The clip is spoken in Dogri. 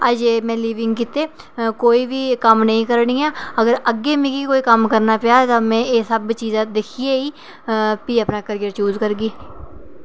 ऐल्लै में अजें तक्क कोई बी कम्म निं करा नी आं अगर अग्गें मिगी कोई कम्म करना पेआ में एह् सब चीज़ा दिक्खियै बी भी अपना करियर चूज़ करगी